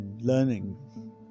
learning